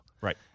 Right